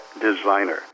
designer